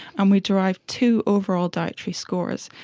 and we derived two overall dietary scores,